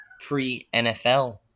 pre-NFL